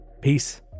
Peace